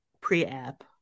pre-app